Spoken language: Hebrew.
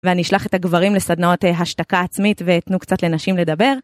ואני אשלח את הגברים לסדנאות השתקה עצמית ותנו קצת לנשים לדבר.